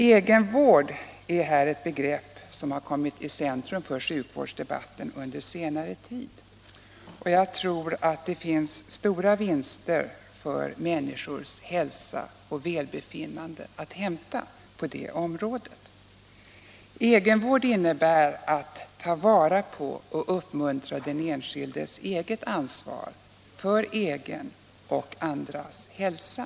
Egenvård är ett begrepp som kommit i centrum för sjukvårdsdebatten under senare tid, och jag tror att det finns stora vinster för människors hälsa och välbefinnande att hämta på det området. Vad är då egenvård? Egenvård innebär att ta vara på och uppmuntra den enskildes ansvar för egen och andras hälsa.